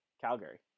Calgary